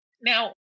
now